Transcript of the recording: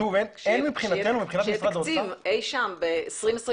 שוב אין --- שיהיה תקציב אי שם ב-2025